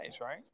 right